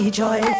joy